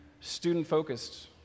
student-focused